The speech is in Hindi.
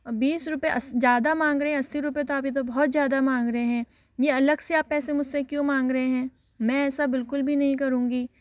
बीस रुपये अधि ज़्यादा माँग रहे है अस्सी रुपये तो अभी तो बहुत ज़्यादा माँग रहे हैं यह अलग से आप पैसे मुझसे क्यों माँग रहे हैं मैं ऐसा बिल्कुल भी नहीं करूंगी